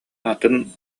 атын